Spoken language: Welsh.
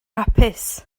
hapus